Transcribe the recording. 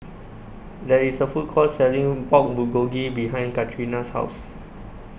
There IS A Food Court Selling Pork Bulgogi behind Katrina's House